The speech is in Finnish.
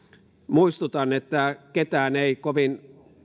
muistutan että ketään ei kovin